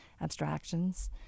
abstractions